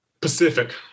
Pacific